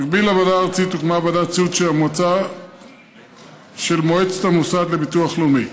במקביל לוועדה הארצית הוקמה ועדת סיעוד של מועצת המוסד לביטוח לאומי.